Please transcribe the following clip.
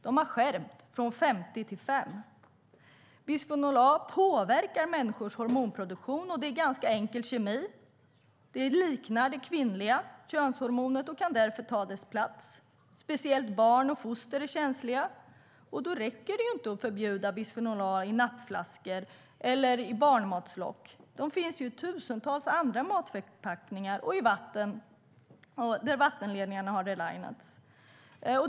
De har skärpt gränsvärdet från 50 till 5. Bisfenol A påverkar människors hormonproduktion, och det är ganska enkel kemi. Det liknar det kvinnliga könshormonet och kan därför ta dess plats. Speciellt barn och foster är känsliga. Då räcker det inte att förbjuda bisfenol A i nappflaskor eller barnmatslock - det finns ju i tusentals andra matförpackningar och i vatten där vattenledningarna har "relinats".